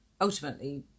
ultimately